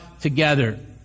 together